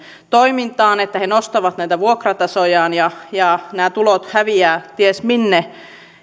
toimintaan että he nostavat vuokratasojaan ja ja nämä tulot häviävät ties minne